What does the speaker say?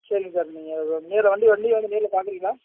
சரிங்க சார் நீங்கள் நேரில் வண்டி வண்டியை வந்து நேரில் பார்க்குறிங்களா